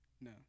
No